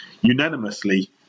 unanimously